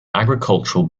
agricultural